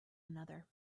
another